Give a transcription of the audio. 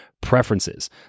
preferences